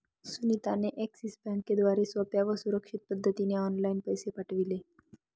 सुनीता ने एक्सिस बँकेद्वारे सोप्या व सुरक्षित पद्धतीने ऑनलाइन पैसे पाठविले